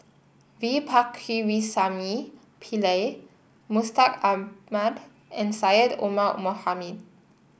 V Pakirisamy Pillai Mustaq Ahmad and Syed Omar Mohamed